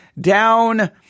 down